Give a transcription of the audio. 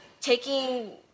taking